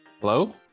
Hello